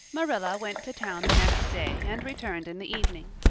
marilla went to town the next day and returned in the evening.